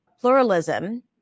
pluralism